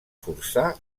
forçar